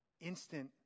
instant